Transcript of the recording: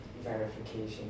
verification